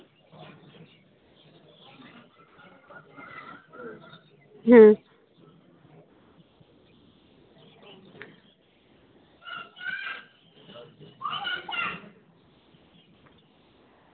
ᱦᱩᱸ